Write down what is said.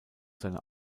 seine